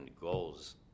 goals